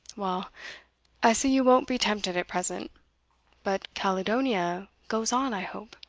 well i see you won't be tempted at present but caledonia goes on i hope?